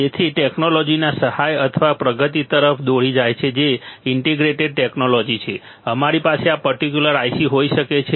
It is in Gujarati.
તેથી ટેકનોલોજીના સાહસ અથવા પ્રગતિ તરફ દોરી જાય છે જે ઇન્ટિગ્રેટેડ ટેકનોલોજી છે અમારી પાસે આ પર્ટિક્યુલર IC હોઈ શકે છે